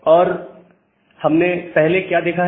और हमने पहले क्या देखा है